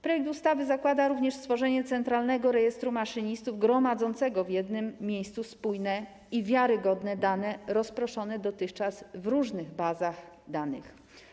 Projekt ustawy zakłada również stworzenie centralnego rejestru maszynistów, gromadzącego w jednym miejscu spójne i wiarygodne dane, rozproszone dotychczas w różnych bazach danych.